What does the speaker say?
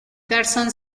carson